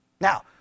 now